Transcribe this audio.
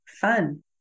Fun